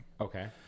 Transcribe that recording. Okay